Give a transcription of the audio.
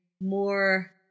more